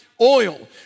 Oil